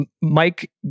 Mike